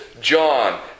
John